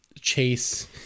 chase